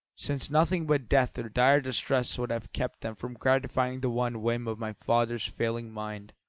since nothing but death or dire distress would have kept them from gratifying the one whim of my father's failing mind.